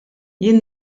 jien